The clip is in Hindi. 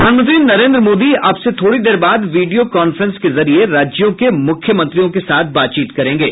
प्रधानमंत्री नरेंद्र मोदी अब से कुछ देर बाद विडियो कांफ्रेंस के जरिये राज्यों के मुख्यमंत्रियों के साथ बात चीत करेंगे